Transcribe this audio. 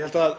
Ég held að